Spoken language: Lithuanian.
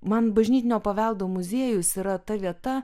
man bažnytinio paveldo muziejus yra ta vieta